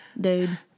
dude